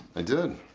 i did.